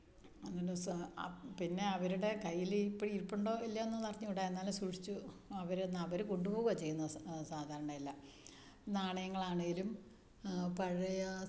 അങ്ങനെ പിന്നെ അവരുടെ കയ്യിൽ ഇപ്പം ഇരിപ്പുണ്ടോ ഇല്ല്യോന്നൊന്നു അറിഞ്ഞൂട എന്നാലും സുക്ഷിച്ച് അവര്ന്ന് അവർ കൊണ്ടുപോവാ ചെയ്യുന്നത് സാധാരണ എല്ലാം നാണയങ്ങളാണേലും പഴയ